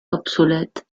obsolète